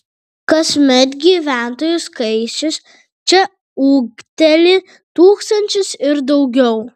kasmet gyventojų skaičius čia ūgteli tūkstančiu ir daugiau